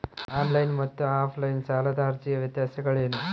On line ಮತ್ತು offline ಸಾಲದ ಅರ್ಜಿಯ ವ್ಯತ್ಯಾಸಗಳೇನು?